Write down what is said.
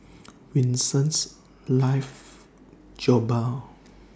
Winston loves Jokbal